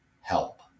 help